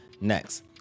Next